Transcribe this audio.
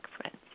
friends